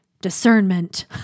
discernment